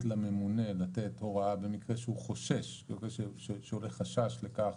לממונה לתת הוראה במקרה שעולה חשש לכך